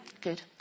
Good